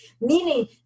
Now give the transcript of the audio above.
meaning